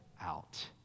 out